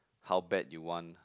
how bad you want